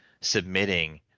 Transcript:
submitting